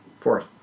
Fourth